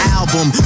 album